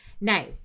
Now